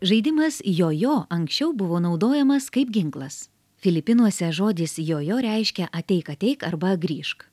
žaidimas jojo anksčiau buvo naudojamas kaip ginklas filipinuose žodis jojo reiškia ateik ateik arba grįžk